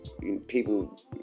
People